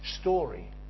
story